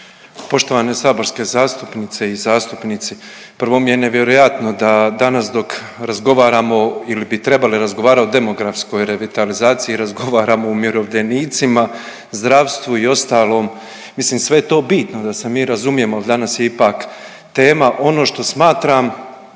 Poštovane saborske zastupnice i zastupnici. Prvo mi je nevjerojatno da danas dok razgovaramo ili bi trebali razgovarat o demografskoj revitalizaciji, razgovaramo o umirovljenicima, zdravstvu i ostalom. Mislim sve je to bitno da se mi razumijemo al danas je ipak tema ono što smatram